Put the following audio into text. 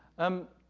um,